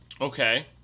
okay